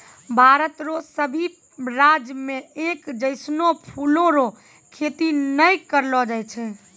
भारत रो सभी राज्य मे एक जैसनो फूलो रो खेती नै करलो जाय छै